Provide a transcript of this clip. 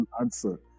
answer